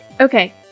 Okay